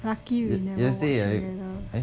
lucky we never watch together